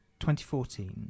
2014